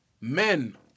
men